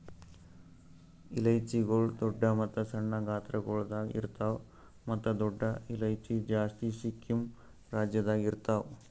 ಇಲೈಚಿಗೊಳ್ ದೊಡ್ಡ ಮತ್ತ ಸಣ್ಣ ಗಾತ್ರಗೊಳ್ದಾಗ್ ಇರ್ತಾವ್ ಮತ್ತ ದೊಡ್ಡ ಇಲೈಚಿ ಜಾಸ್ತಿ ಸಿಕ್ಕಿಂ ರಾಜ್ಯದಾಗ್ ಇರ್ತಾವ್